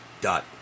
dot